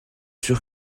sûr